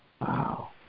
Wow